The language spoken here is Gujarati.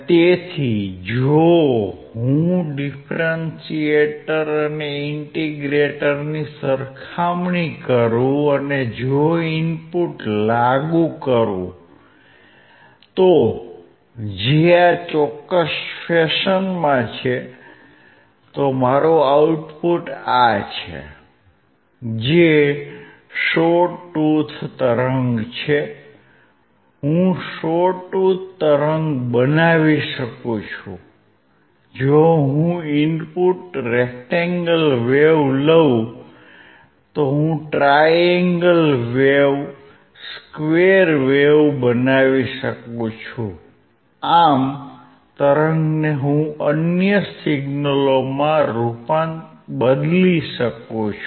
તેથી જો હું ડિફરંશિએટર અને ઇનટિગ્રેટરની સરખામણી કરું અને જો હું ઇનપુટ લાગુ કરું તો જે આ ચોક્કસ ફેશનમાં છે તો મારું આઉટપુટ આ છે જે શો ટુથ તરંગ છે હું શો ટુથ તરંગ બનાવી શકું છું જો હું ઇનપુટ રેક્ટેંગલ વેવ લઉ તો હું triangle wave square wave બનાવી શકું છું આમ તરંગને હું અન્ય સિગ્નલમાં બદલી શકું છું